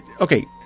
okay